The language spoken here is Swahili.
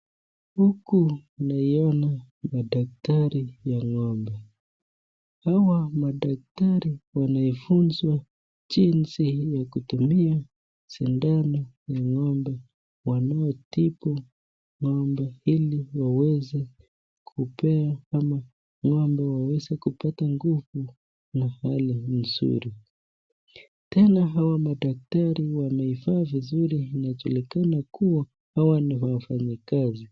Huku naiona madaktari ya ng'ombe. Hawa madaktari wanafunzwa jinsi ya kutumia sindano ya ng'ombe wanaotibu ng'ombe ili waweze kupea ama ng'ombe waweze kupata nguvu na hali nzuri. Tena hawa madaktari wamevaa vizuri, inajulikana kuwa hawa ni wafanyikazi.